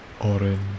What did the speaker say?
orange